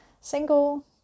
single